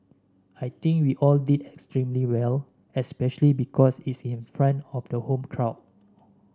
I think we all did extremely well especially because it's in front of the home crowd